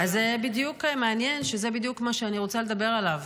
בדיוק, מעניין שזה בדיוק מה שאני רוצה לדבר עליו,